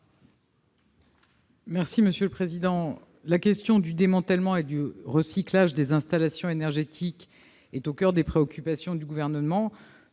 du Gouvernement ? La question du démantèlement et du recyclage des installations énergétiques est au coeur des préoccupations du Gouvernement.